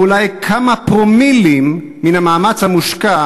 או אולי כמה פרומילים מהמאמץ המושקע